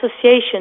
association